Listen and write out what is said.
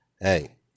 Hey